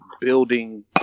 building